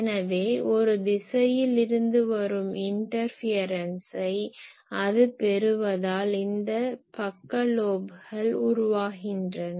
எனவே ஒரு திசையில் இருந்து வரும் இன்டர்ஃபியரன்ஸை அது பெறுவதால் இந்த பக்க லோப்கள் உருவாகின்றன